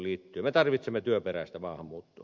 me tarvitsemme työperäistä maahanmuuttoa